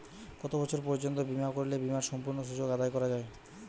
কত বছর পর্যন্ত বিমা করলে বিমার সম্পূর্ণ সুযোগ আদায় করা য়ায়?